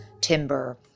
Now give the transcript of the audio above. timber